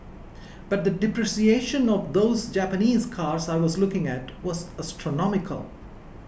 but the depreciation of those Japanese cars I was looking at was astronomical